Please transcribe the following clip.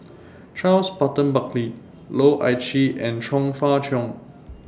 Charles Burton Buckley Loh Ah Chee and Chong Fah Cheong